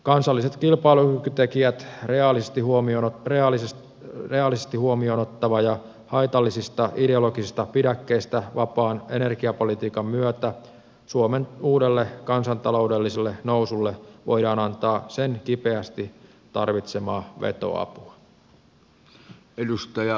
kansalliset kilpailukykytekijät realistisesti huomioon ottavan ja haitallisista ideologisista pidäkkeistä vapaan energiapolitiikan myötä suomen uudelle kansantaloudelliselle nousulle voidaan antaa sen kipeästi tarvitsemaa vetoapua